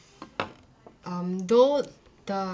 um though the